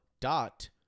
dot